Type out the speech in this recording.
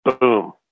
Boom